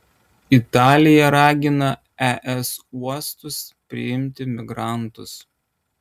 italija ragina es uostus priimti migrantus